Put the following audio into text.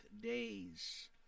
days